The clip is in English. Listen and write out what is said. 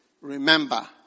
Remember